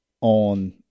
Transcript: on